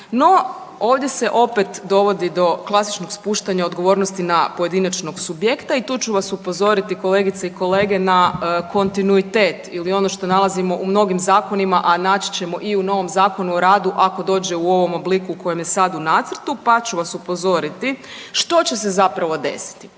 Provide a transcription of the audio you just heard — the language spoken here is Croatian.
No, ovdje se opet dovodi do klasičnog spuštanja odgovornosti na pojedinačnog subjekta i tu ću vas upozoriti, kolegice i kolege, na kontinuitet ili ono što nalazimo u mnogim zakonima, a naći ćemo i u novom Zakonu o radu, ako dođe u ovom obliku u kojem je sad u nacrtu, pa ću vas upozoriti što će se zapravo desiti.